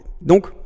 Donc